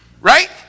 Right